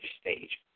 stage